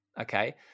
okay